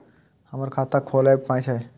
हमर खाता खौलैक पाय छै